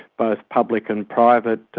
both public and private,